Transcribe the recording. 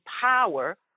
power